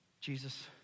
Jesus